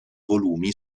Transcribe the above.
volumi